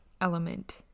element